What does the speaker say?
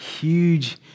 huge